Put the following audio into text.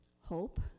Hope